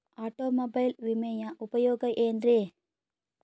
Automobile ವಿಮೆಯ ಉಪಯೋಗ ಏನ್ರೀ?